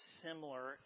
similar